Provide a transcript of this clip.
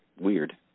Weird